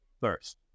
first